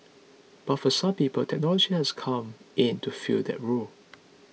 but for some people technology has come in to fill that role